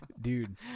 Dude